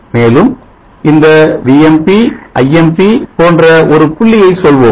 மேலும் இந்த Vmp Imp போன்ற ஒரு புள்ளியை சொல்வோம்